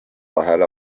vahele